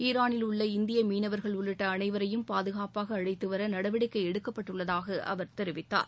ஈரானில் உள்ள இந்திய மீனவர்கள் உள்ளிட்ட அனைவரையும் பாதுகாப்பாக அழைத்துவர நடவடிக்கை எடுக்கப்பட்டுள்ளதாக அவர் தெரிவித்தார்